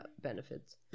Benefits